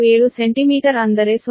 67 centimetre ಅಂದರೆ 0